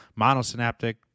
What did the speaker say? monosynaptic